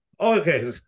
Okay